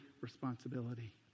responsibility